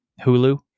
hulu